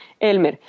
Elmer